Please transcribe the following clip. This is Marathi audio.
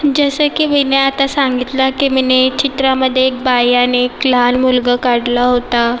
जसे की विनय आता सांगितलं की मी चित्रामध्ये एक बाई आणि एक लहान मुलगा काढला होता